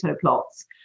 plots